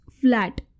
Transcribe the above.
flat